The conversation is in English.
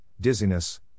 dizziness